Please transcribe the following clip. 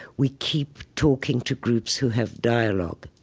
we keep talking to groups who have dialogue,